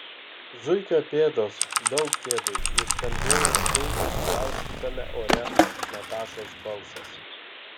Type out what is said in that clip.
zuikio pėdos daug pėdui nuskambėjo speigo su kaustytame ore natašos balsas